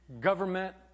government